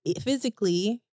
physically